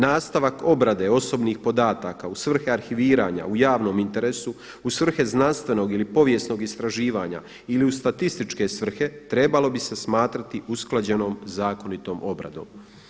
Nastavak obrade osobnih podataka u svrhe arhiviranja u javnom interesu, u svrhe znanstvenog ili povijesnog istraživanja ili u statističke svrhe trebalo bi se smatrati usklađenom zakonitom obradom.